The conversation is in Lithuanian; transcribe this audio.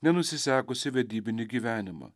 nenusisekusį vedybinį gyvenimą